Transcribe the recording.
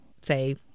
say